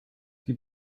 die